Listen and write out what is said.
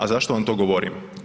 A zašto vam to govorim?